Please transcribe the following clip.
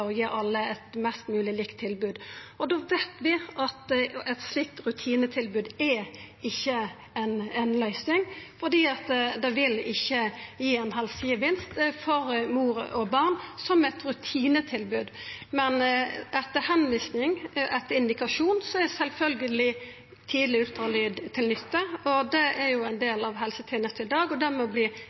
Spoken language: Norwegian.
alle eit mest mogleg likt tilbod. Vi veit at eit slikt rutinetilbod ikkje er ei løysing, fordi det vil ikkje gi helsegevinst for mor og barn som eit rutinetilbod. Men ved tilvising etter indikasjon er sjølvsagt tidleg ultralyd til nytte. Det er jo ein del av helsetenesta i dag. Det må verta meir likt i heile landet, og det